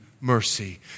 mercy